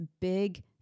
big